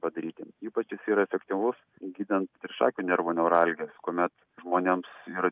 padaryti ypač jis yra efektyvus gydant trišakio nervo neuralgijas kuomet žmonėms ir